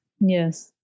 Yes